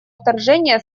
вторжения